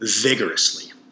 vigorously